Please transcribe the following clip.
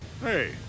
Hey